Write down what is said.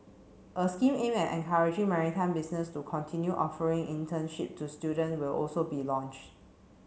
a scheme aimed at encouraging maritime business to continue offering internship to student will also be launched